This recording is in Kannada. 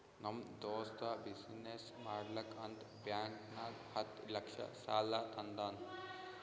ನಮ್ ದೋಸ್ತ ಬಿಸಿನ್ನೆಸ್ ಮಾಡ್ಲಕ್ ಅಂತ್ ಬ್ಯಾಂಕ್ ನಾಗ್ ಹತ್ತ್ ಲಕ್ಷ ಸಾಲಾ ತಂದಾನ್